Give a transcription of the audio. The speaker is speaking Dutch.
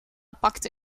pakte